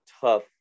tough